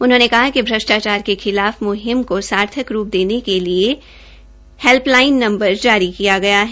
उन्होंने कहा कि भ्रष्टाचार के खिलाफ म्हिम को सार्थक रूप देने के लिए एप्प और हैल्पलाइन नंबर जारी किया गया है